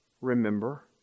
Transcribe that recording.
remember